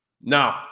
No